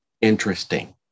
interesting